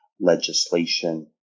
legislation